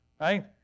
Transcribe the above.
right